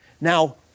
Now